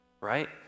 right